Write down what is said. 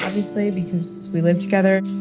obviously, because we live together.